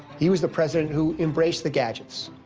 he was the president who embraced the gadgets.